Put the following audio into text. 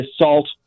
assault